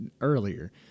earlier